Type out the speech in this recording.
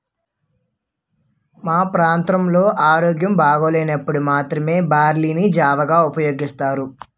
మా ప్రాంతంలో ఆరోగ్యం బాగోలేనప్పుడు మాత్రమే బార్లీ ని జావగా ఉపయోగిస్తారు